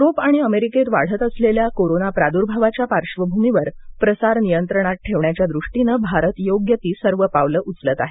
Europe आणि अमेरिकेत वाढत असलेल्या कोरोना प्राद्भावाच्या पार्श्वभूमीवर प्रसार नियंत्रणात ठेवण्याच्या दृष्टीनं भारत योग्य ती सर्व पावलं उचलत आहे